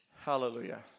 Hallelujah